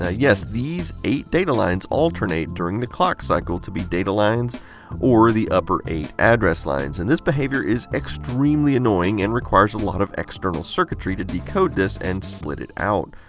ah yes, these eight data lines alternate during the clock cycle to be data lines or the upper eight address lines. and this behavior is extremely annoying and requires a lot of external circuitry to decode this and split it out.